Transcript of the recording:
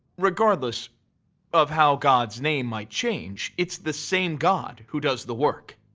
regardless of how god's name might change, it's the same god who does the work.